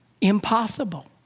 Impossible